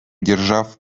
держав